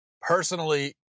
personally